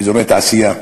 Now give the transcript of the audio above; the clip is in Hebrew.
אזורי תעשייה,